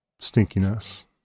Stinkiness